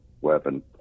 weapon